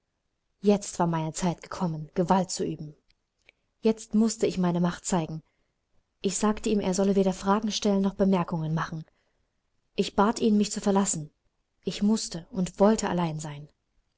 jetzt war meine zeit gekommen gewalt zu üben jetzt mußte ich meine macht zeigen ich sagte ihm er solle weder fragen stellen noch bemerkungen machen ich bat ihn mich zu verlassen ich mußte und wollte allein sein